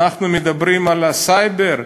אנחנו מדברים על הסייבר,